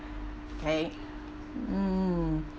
okay mm